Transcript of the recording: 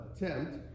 attempt